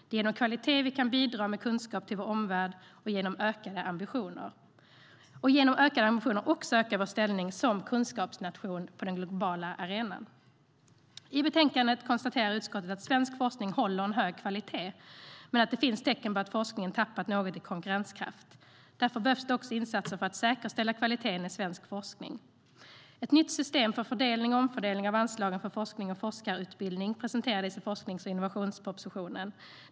Det är genom kvalitet vi kan bidra med kunskap till vår omvärld och genom ökade ambitioner också öka vår ställning som kunskapsnation på den globala arenan. Ett nytt system för fördelning och omfördelning av anslagen för forskning och forskarutbildning presenterades i forsknings och innovationspropositionen.